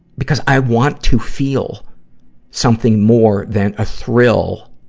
because i want to feel something more than a thrill